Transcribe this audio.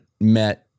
met